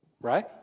right